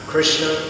Krishna